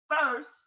first